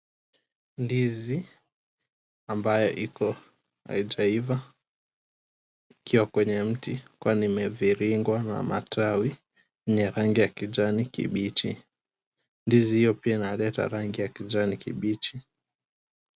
Ndizi ambayo iko haijaiva ikiwa kwenye mti ukiwa ume𝑣𝑖𝑟𝑖𝑛𝑔wa na matawi ya rangi ya kijani kibichi. 𝑁dizi hi𝑦o 𝑝𝑖𝑎 𝑖𝑛𝑎𝑙𝑒𝑡𝑎 rangi ya kijani kibichi